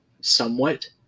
somewhat